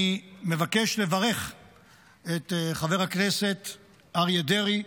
אני מבקש לברך את חבר הכנסת אריה דרעי,